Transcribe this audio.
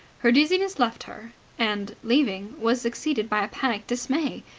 her dizziness left her and, leaving, was succeeded by a panic dismay.